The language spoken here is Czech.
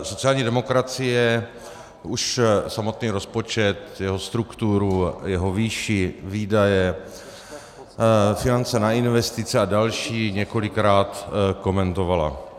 Sociální demokracie už samotný rozpočet, jeho strukturu, jeho výši, výdaje, finance na investice a další několikrát komentovala.